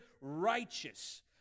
righteous